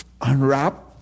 unwrap